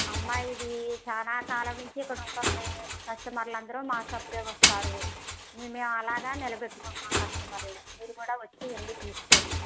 అమ్మాయిది చాలా కాలం నుంచి ఇక్కడ ఉంటుంది కస్టమర్లు అందరూ మా షాప్కే వస్తారు మేము అలాగా నిలబెట్టుకుంటున్నాం కస్టమర్లని మీరు కూడా వచ్చి ఇవన్నీ తీసుకోండి